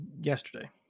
yesterday